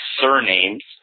surnames